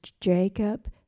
Jacob